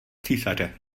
císaře